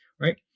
right